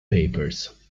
papers